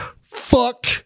Fuck